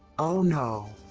oh no!